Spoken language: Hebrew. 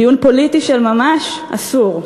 דיון פוליטי של ממש אסור.